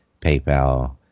PayPal